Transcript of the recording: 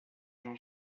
jean